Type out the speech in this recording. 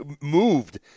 moved